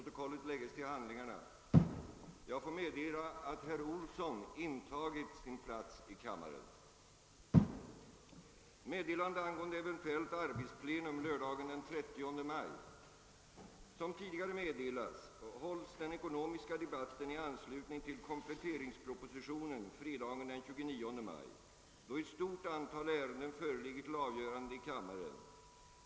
ekonomiska debatten i anslutning till kompletteringspropositionen fredagen den 29 maj, då ett stort antal ärenden föreligger till avgörande i kammaren.